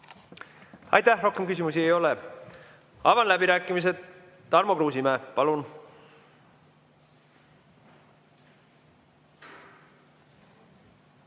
palun! Rohkem küsimusi ei ole. Avan läbirääkimised. Tarmo Kruusimäe, palun!